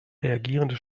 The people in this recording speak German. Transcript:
reagierende